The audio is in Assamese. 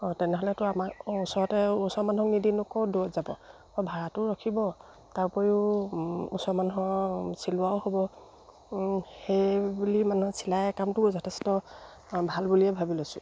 অঁ তেনেহ'লেতো আমাক ওচৰতে ওচৰৰ মানুহক নিদি দূৰত যাব অ ভাড়াটো ৰখিব তাৰ উপৰিও ওচৰ মানুহৰ চিলোৱাও হ'ব সেইবুলি মানুহৰ চিলাই কামটোও যথেষ্ট ভাল বুলিয়ে ভাবি লৈছোঁ